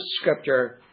scripture